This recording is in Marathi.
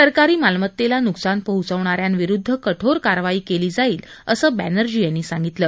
सरकारी मालमत्तेला नुकसान पोचवणाऱ्यांविरुद्ध कठोर कारवाई केली जाईल असं बॅनर्जी यांनी सांगितलं